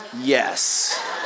Yes